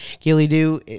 Gilly-do